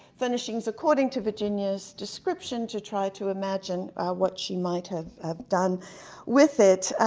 furnishings according to virginia's description to try to imagine what she might have have done with it.